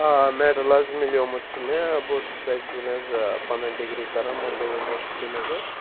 آ مٮ۪ڈٕل حظ میلیومُت چھُ مےٚ بہٕ اوسُس اٮ۪کچُلی حظ پَنٕنۍ ڈِگری کَران مُمباے یوٗنیورسٹی منٛز حظ